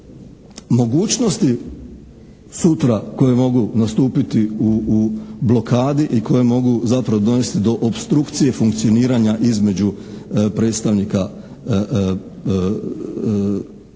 mogućnosti sutra koje mogu nastupiti u blokadi i koje mogu zapravo dovesti do opstrukcije funkcioniranja između predstavnika, između